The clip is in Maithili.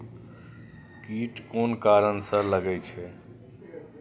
कीट कोन कारण से लागे छै?